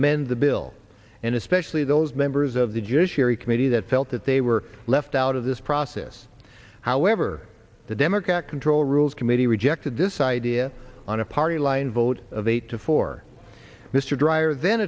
amend the bill and especially those members of the judiciary committee that felt that they were left out of this process however the democratic control rules committee rejected this idea on a party line vote of eight to four mr dreier th